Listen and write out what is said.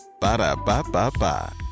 Ba-da-ba-ba-ba